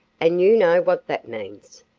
and you know what that means.